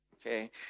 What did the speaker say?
Okay